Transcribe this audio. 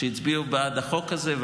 שהצביעו בעד החוק הזה.